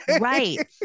Right